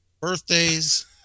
birthdays